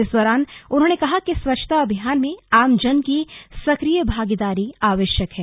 इस दौरान उन्होंने कहा कि स्वच्छता अभियान में आमजन की सक्रिय भागीदारी आवश्यक है